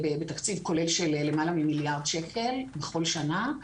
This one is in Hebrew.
בתקציב כולל של למעלה ממיליארד שקל בכל שנה.